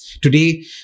Today